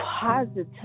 positive